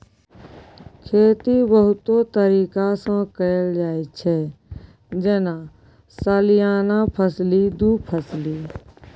खेती बहुतो तरीका सँ कएल जाइत छै जेना सलियाना फसली, दु फसली